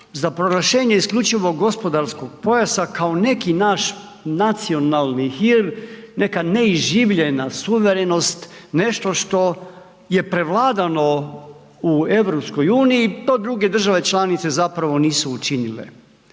za proglašenje isključivog gospodarskog pojasa kao neki naš nacionalni hir, neka neiživljena suverenost, nešto što je prevladano u EU, to druge države članice zapravo nisu učinile.